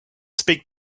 speak